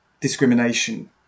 discrimination